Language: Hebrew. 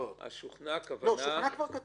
"שוכנע" כבר כתוב.